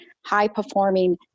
high-performing